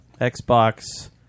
Xbox